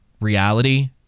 reality